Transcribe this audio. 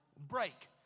break